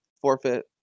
forfeit